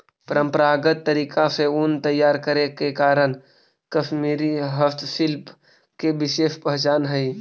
परम्परागत तरीका से ऊन तैयार करे के कारण कश्मीरी हस्तशिल्प के विशेष पहचान हइ